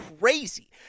crazy